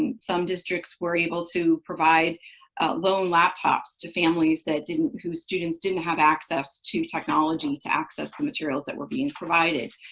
and some districts were able to provide loan laptops to families that didn't whose students didn't have access to technology to access the materials that were being provided.